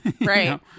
Right